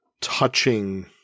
touching